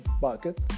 bucket